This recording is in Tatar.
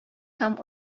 һәм